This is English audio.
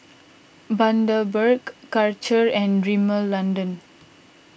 Bundaberg Karcher and Rimmel London